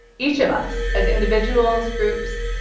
each of us, as individuals, groups,